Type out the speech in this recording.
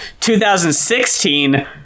2016